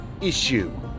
issue